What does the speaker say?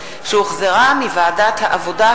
שהחזירה ועדת העבודה,